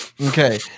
Okay